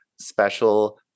special